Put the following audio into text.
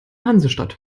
hansestadt